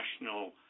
national